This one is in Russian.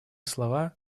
слова